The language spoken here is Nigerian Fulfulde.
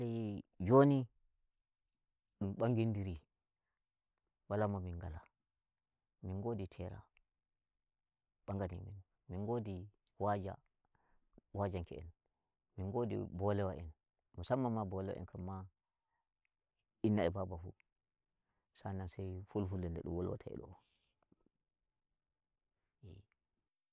Joni dum nbagidiri, wala mo min ngala. min godi tera nbagani min, min godi waja, wajan ke'en, min godi bolewa en, musamman ma bolewa en kan ma inna e baba fu sa'an nan sai fulfulde nde dum wolwata e do.